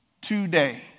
today